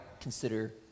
consider